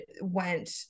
went